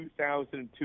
2002